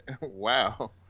Wow